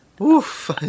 Oof